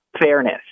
fairness